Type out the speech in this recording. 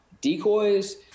decoys